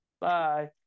Bye